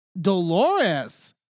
Dolores